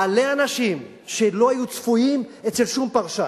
מעלה אנשים שלא היו צפויים אצל שום פרשן,